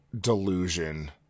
delusion